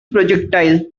projectile